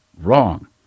Wrong